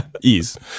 Ease